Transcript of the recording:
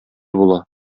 була